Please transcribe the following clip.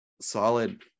solid